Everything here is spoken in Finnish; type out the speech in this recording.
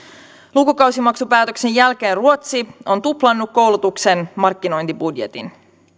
lukukausimaksupäätöksen jälkeen ruotsi on tuplannut koulutuksen markkinointibudjetin